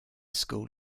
school